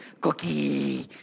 cookie